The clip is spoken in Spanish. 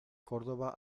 córdoba